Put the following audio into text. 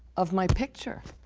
of my picture,